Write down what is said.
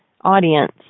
audience